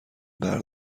برق